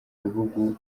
bihugu